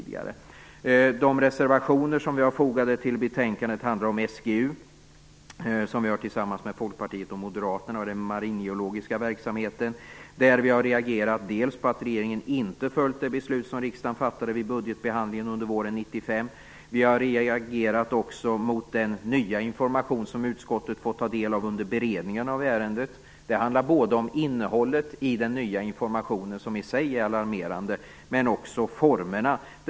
De reservationer som vi tillsammans med Folkpartiet och moderaterna har fogat till betänkandet handlar om SGU och den maringeologiska verksamheten. Vi har reagerat på att regeringen inte har följt det beslut som riksdagen fattade vid budgetbehandlingen under våren 1995. Vi har också reagerat mot den nya information som utskottet har fått ta del av under beredningen av ärendet. Det handlar om innehållet i den nya informationen som i sig är alarmerande och också om formerna.